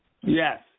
Yes